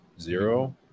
zero